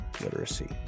literacy